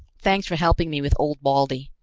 thanks for helping me with old baldy.